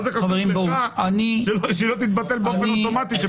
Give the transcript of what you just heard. למה שהיא לא תתבטל באופן אוטומטי?